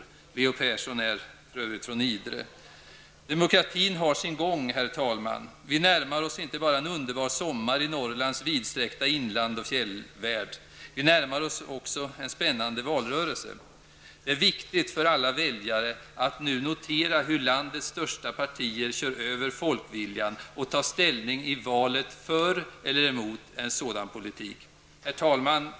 Leo Persson är för övrigt från Idre. Demokratin har sin gång, herr talman. Vi närmar oss inte bara en underbar sommar i Norrlands vidsträckta inland och fjällvärld, utan vi närmar oss också en spännande valrörelse. Det är viktigt för alla väljare att nu notera hur landets största partier kör över folkviljan och tar ställning i valet för eller emot en sådan politik. Herr talman!